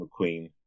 mcqueen